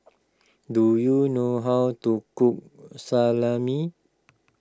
do you know how to cook Salami